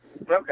Okay